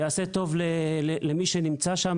יעשה טוב למי שנמצא שם.